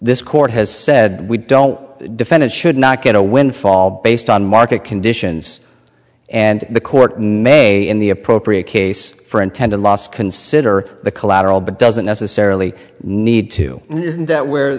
this court has said we don't the defendant should not get a windfall based on market conditions and the court may in the appropriate case for intended loss consider the collateral but doesn't necessarily need to isn't that where